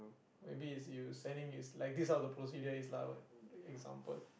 maybe is you sending is like this how the procedure is lah the example